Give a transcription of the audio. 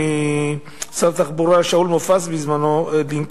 משר התחבורה שאול מופז בזמנו,